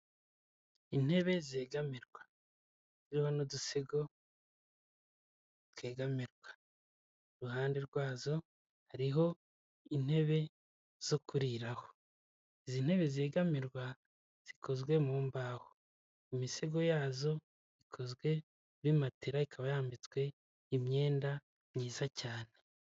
Urupapuro rw'umweru rwanditseho amagambo mu ibara ry'umukara amazina n'imibare yanditseho mu rurimi rw'icyongereza n'ifite amabara y'imituku.